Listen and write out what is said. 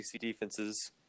defenses